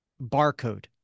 barcode